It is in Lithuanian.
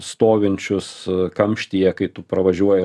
stovinčius kamštyje kai tu pravažiuoji